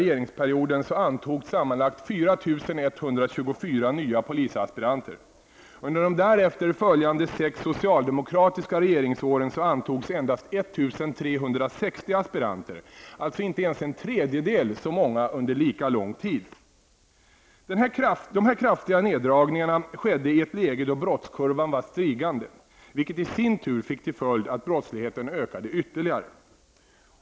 1 360 aspiranter, alltså inte ens en tredjedel så många under lika lång tid. De här kraftiga neddragningarna skedde i ett läge då brottskurvan var stigande, vilket i sin tur fick till följd att brottsligheten ökade ytterligare.